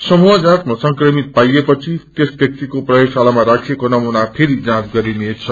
समूह जाँचमा संक्रमि पाइएपछि त्यस व्याक्तिको प्रयोगशालामा राखिएको नमूना फेरि जाँच गरिनेछ